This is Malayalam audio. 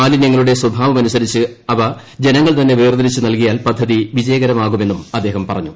മാലിന്യങ്ങളുടെ സ്വഭാപ്പിന്റുസ്രിച്ച് അവ ജനങ്ങൾ തന്നെ വേർതിരിച്ചു നല്കിയ്ടാൽ പദ്ധതി വിജയകരമാകുമെന്നും അദ്ദേഹം പറഞ്ഞു